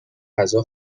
غذا